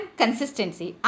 consistency